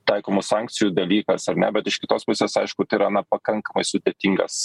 taikomų sankcijų dalykas ar ne bet iš kitos pusės aišku tai yra na pakankamai sudėtingas